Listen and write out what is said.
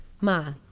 ma